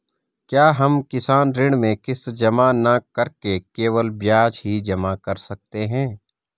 क्या हम किसान ऋण में किश्त जमा न करके केवल ब्याज ही जमा कर सकते हैं?